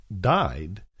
Died